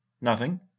Nothing